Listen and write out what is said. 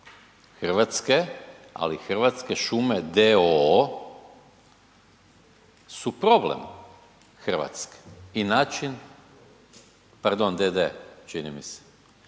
Hrvatske, ali Hrvatske šume d.o.o. su problem Hrvatske i način, pardon, d.d. čini mi se,